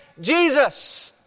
Jesus